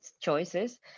choices